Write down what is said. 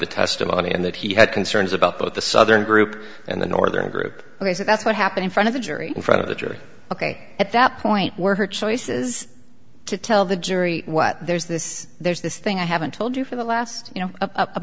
the testimony and that he had concerns about both the southern group and the northern group that's what happened in front of the jury in front of the jury ok at that point were her choices to tell the jury what there's this there's this thing i haven't told you for the last you know up